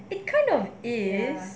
it kind of is